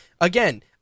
again